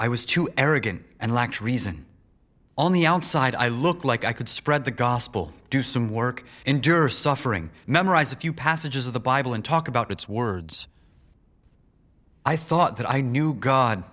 i was too arrogant and lacks reason on the outside i look like i could spread the gospel do some work endure suffering memorize a few passages of the bible and talk about its words i thought that i knew god